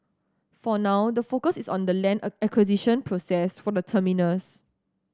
for now the focus is on the land acquisition process for the terminus